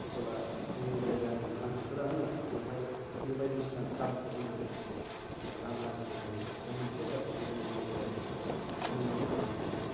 अबोला जोंनि जायगानि मानसिफोरानो बेवहाय बि बायदि सिना खाबुखौ होनानै ओ रां आर्जिनो हायो आरो मोनसे जायगाखौबो जोङो जोंनि जायगाखौ हाय मुंदांखा बानायनो हायो